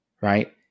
right